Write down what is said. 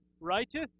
righteous